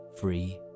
free